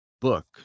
book